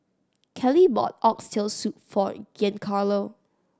Kelley bought Oxtail Soup for Giancarlo